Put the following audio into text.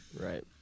Right